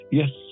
yes